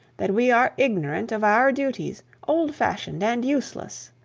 that we are ignorant of our duties, old-fashioned, and useless!